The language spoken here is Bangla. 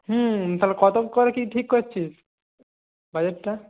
হুম তাহলে কত করে কী ঠিক করছিস বাজারটা